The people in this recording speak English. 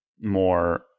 more